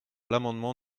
l’amendement